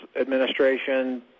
Administration